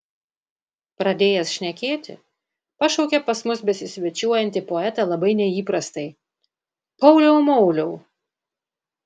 pradėjęs šnekėti pašaukė pas mus besisvečiuojantį poetą labai neįprastai pauliau mauliau